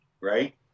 right